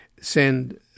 send